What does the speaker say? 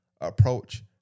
approach